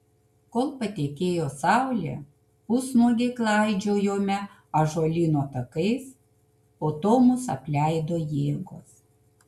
kol patekėjo saulė pusnuogiai klaidžiojome ąžuolyno takais po to mus apleido jėgos